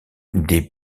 des